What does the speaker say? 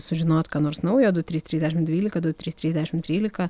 sužinot ką nors naujo du trys trys dešimt dvylika du trys trys dešimt trylika